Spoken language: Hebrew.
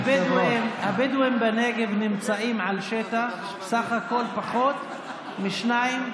הבדואים בנגב נמצאים על שטח שהוא בסך הכול פחות מ-2.5%.